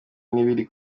n’ibiri